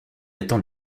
attend